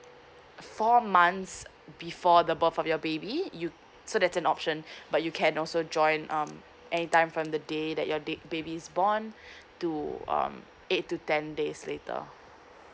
four months before the birth of your baby you so that's an option but you can also join um anytime from the day that your date babies born to um eight to ten days later